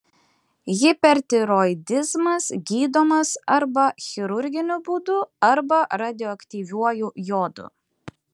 hipertiroidizmas gydomas arba chirurginiu būdu arba radioaktyviuoju jodu